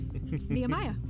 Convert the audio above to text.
Nehemiah